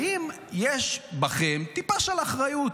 האם יש בכם טיפה של אחריות?